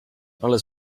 alles